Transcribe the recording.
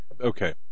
okay